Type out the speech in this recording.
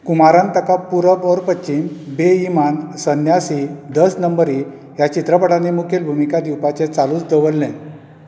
कुमारान ताका पुरब और पश्चीम बे इमान संन्यासी दस नंबरी ह्या चित्रपटांनी मुखेल भुमिका दिवपाचें चालूच दवरलें